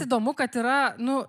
įdomu kad yra nu